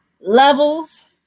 levels